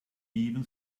even